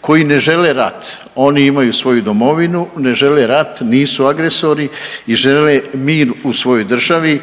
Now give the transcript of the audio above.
koji ne žele rat. Oni imaju svoju domovinu, ne žele rat, nisu agresori i žele mir u svojoj državi